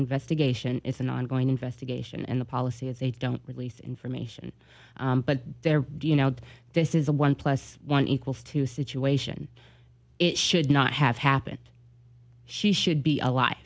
investigation it's an ongoing investigation and the policy is a don't release information but there do you know this is a one plus one equals two situation it should not have happened she should be alive